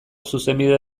zuzenbide